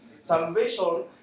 Salvation